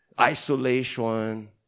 isolation